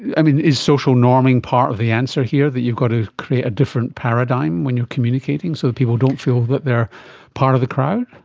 yeah is social norming part of the answer here, that you've got to create a different paradigm when you're communicating so that people don't feel that they are part of the crowd?